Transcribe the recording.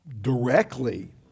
directly